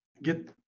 get